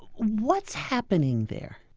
what's happening there?